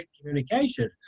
communication